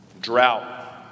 drought